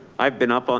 i've been up, ah